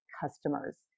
customers